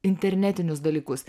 internetinius dalykus